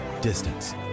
Distance